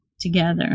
together